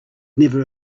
never